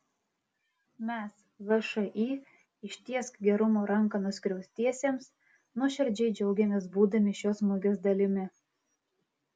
mes všį ištiesk gerumo ranką nuskriaustiesiems nuoširdžiai džiaugiamės būdami šios mugės dalimi